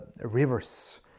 rivers